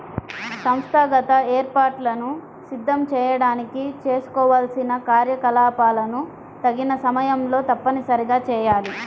సంస్థాగత ఏర్పాట్లను సిద్ధం చేయడానికి చేసుకోవాల్సిన కార్యకలాపాలను తగిన సమయంలో తప్పనిసరిగా చేయాలి